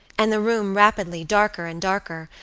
and the room rapidly darker and darker,